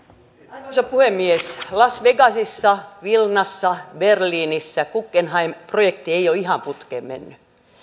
arvoisa puhemies las vegasissa vilnassa berliinissä guggenheim projekti ei ole ihan putkeen mennyt